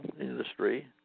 industry